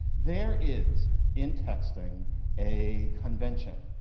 there is in texting a convention,